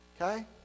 Okay